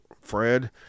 Fred